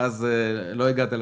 ולא הגעת לרביזיה,